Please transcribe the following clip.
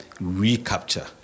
recapture